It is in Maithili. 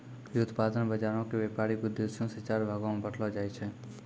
व्युत्पादन बजारो के व्यपारिक उद्देश्यो से चार भागो मे बांटलो जाय छै